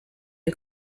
del